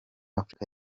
afrika